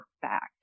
fact